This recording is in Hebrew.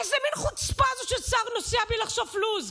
איזה מין חוצפה ששר נוסע בלי לחשוף לו"ז?